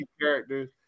characters